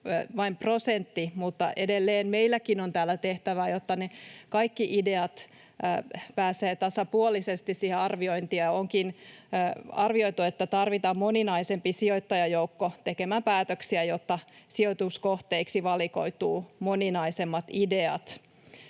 vain prosentti, mutta edelleen meilläkin on täällä tehtävää, jotta kaikki ideat pääsevät tasapuolisesti arviointiin. Onkin arvioitu, että tarvitaan moninaisempi sijoittajajoukko tekemään päätöksiä, jotta sijoituskohteiksi valikoituvat moninaisemmat ideat.